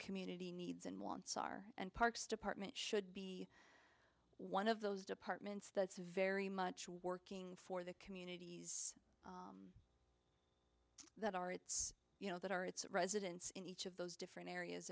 community needs and wants are and parks department should be one of those departments that's very much working for the communities that are its you know that are its residents in those different areas